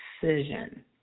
decision